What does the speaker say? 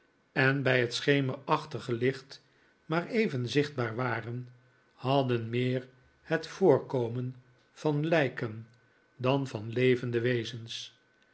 en bij net schemerachtige licht maar even zichtbaar waren hadden meer het voorkomen van lijken dan van levende wezens